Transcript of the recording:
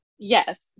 Yes